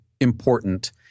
important